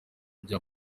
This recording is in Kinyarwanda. bya